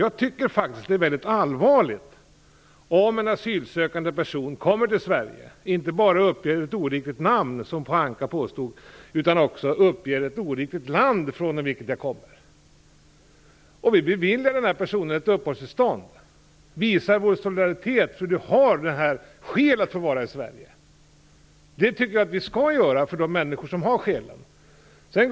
Jag tycker faktiskt att det är mycket allvarligt om en asylsökande person kommer till Sverige och inte bara uppger ett oriktigt namn, vilket Ragnhild Pohanka påstod, utan också uppger att han kommer från ett annat land än det som han verkligen kommer från. Vi beviljar denna person ett uppehållstillstånd och visar vår solidaritet och säger att han har skäl att vara i Sverige. Jag tycker att vi skall visa denna solidaritet med de människor som har dessa skäl.